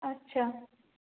আচ্ছা